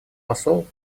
посол